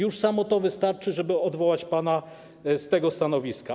Już samo to wystarczy, żeby odwołać pana z tego stanowiska.